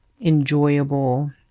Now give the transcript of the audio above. enjoyable